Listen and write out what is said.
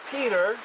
Peter